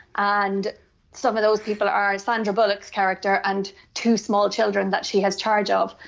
and some of those people are sandra bullock's character and two small children that she has charge of.